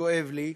כואב לי.